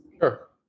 Sure